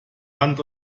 rand